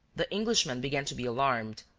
the englishman began to be alarmed.